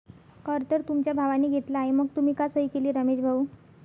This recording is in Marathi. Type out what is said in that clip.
कर तर तुमच्या भावाने घेतला आहे मग तुम्ही का सही केली रमेश भाऊ?